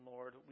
Lord